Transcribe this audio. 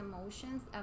emotions